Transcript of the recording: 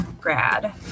grad